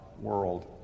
world